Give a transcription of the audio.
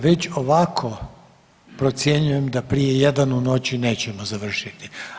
Već ovako procjenjujem da prije jedan u noći nećemo završiti.